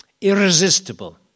irresistible